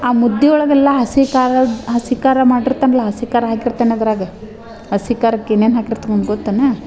ಆ ಮುದ್ದೆಯೊಳಗೆಲ್ಲ ಹಸಿ ಖಾರದ ಹಸಿ ಖಾರ ಮಾಡಿರ್ತೇನಲ್ಲ ಹಸಿ ಖಾರ ಹಾಕಿರ್ತೇನೆ ಅದ್ರಾಗೆ ಹಸಿ ಖಾರಕ್ಕೆ ಇನ್ನೇನು ಹಾಕಿರ್ತೇನ್ ಗೊತ್ತೇನು